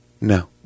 no